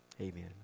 Amen